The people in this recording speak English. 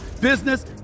business